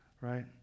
right